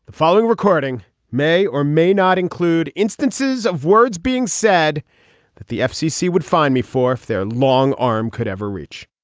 following recording may or may not include instances of words being said that the fcc would find me for if their long arm could ever reach